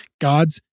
God's